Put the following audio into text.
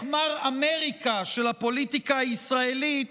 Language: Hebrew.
איך "מר אמריקה" של הפוליטיקה הישראלית